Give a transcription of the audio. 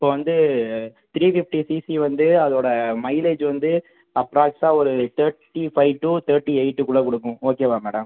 இப்போது வந்து three fifty CC வந்து அதோடய மைலேஜ் வந்து அப்ராக்ஸாக ஒரு thirty five to thirty eight குள்ளே கொடுக்கும் ஓகேவா மேடம்